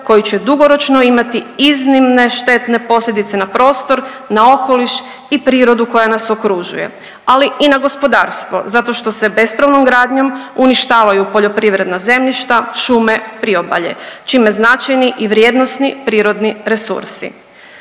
koji će dugoročno imati iznimne štetne posljedice na prostor, na okoliš prirodu koja nas okružuje, ali i na gospodarstvo zato što se bespravnom gradnjom uništavaju poljoprivredna zemljišta, šume, priobalje, čime značajni i vrijedni prirodni resursi.